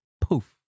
poof